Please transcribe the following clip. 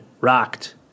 Rocked